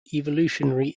evolutionary